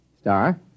Star